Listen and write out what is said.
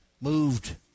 moved